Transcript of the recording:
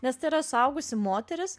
nes tai yra suaugusi moteris